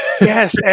Yes